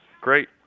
Great